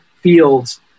fields